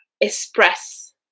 express